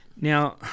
Now